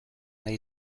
nahi